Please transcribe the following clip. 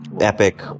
epic